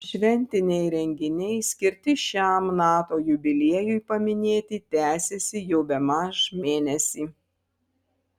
šventiniai renginiai skirti šiam nato jubiliejui paminėti tęsiasi jau bemaž mėnesį